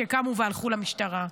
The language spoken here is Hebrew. שקמו והלכו למשטרה.